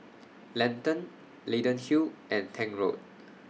Lentor Leyden Hill and Tank Road